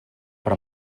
per